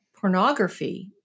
pornography